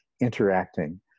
Interacting